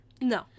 No